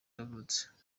yavutse